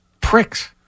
Pricks